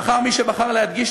ובחר מי שבחר להדגיש,